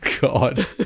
god